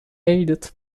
aided